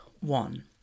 one